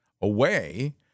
away